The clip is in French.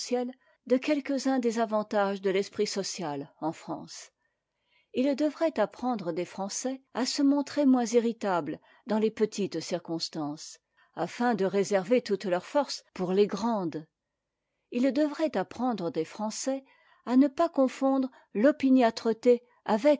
de quetques uns des avantages de l'esprit social en france ils devraient apprendre des français à se montrer moins irritables dans les petites circonstances afin de réserver toute leur force pour les grandes ils devraient apprendre des français à ne pas confondre l'opiniâtreté avec